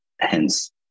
hence